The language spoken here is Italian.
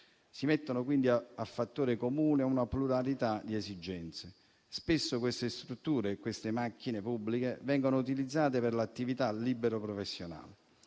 Si mettono quindi a fattore comune una pluralità di esigenze. Spesso le strutture e le macchine pubbliche vengano utilizzate per l'attività libero-professionale.